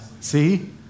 See